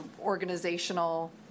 organizational